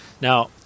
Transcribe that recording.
Now